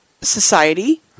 society